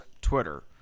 Twitter